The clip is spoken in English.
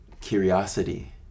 curiosity